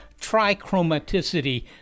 trichromaticity